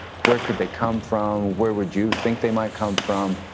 where could they come from? where would you think they might come from?